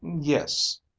Yes